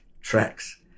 tracks